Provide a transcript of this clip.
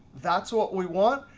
that's what we want.